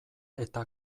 eta